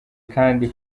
kandi